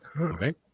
Okay